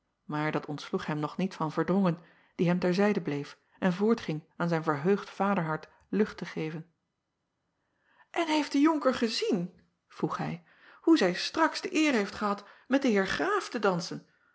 maar dat ontsloeg hem nog niet van erdrongen die hem ter zijde bleef en voortging aan zijn verheugd vaderhart lucht te geven n heeft de onker gezien vroeg hij hoe zij straks de eer heeft gehad met den eer raaf te dansen